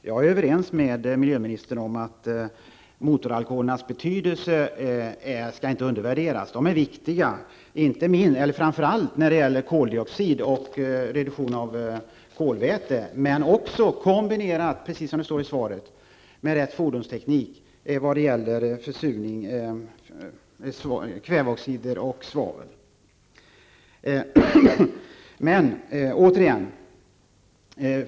Herr talman! Jag är överens med miljöministern om att motoralkoholernas betydelse inte skall undervärderas. De är viktiga framför allt när det gäller att reducera koldioxid och kolväteutsläppen. Kombinerat med rätt fordonsteknik, precis som det står i svaret, kan även utsläppen av kväveoxider och svavel begränsas.